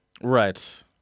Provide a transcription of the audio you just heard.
Right